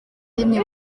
rimwe